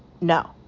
No